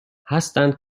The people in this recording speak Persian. هستند